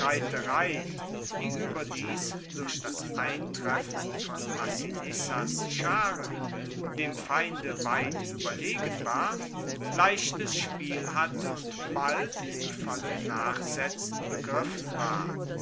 reiterei die ueberdies durch das eintreffen von massinissas scharen dem feinde weit ueberlegen war leichtes spiel hatte und bald in vollem nachsetzen begriffen war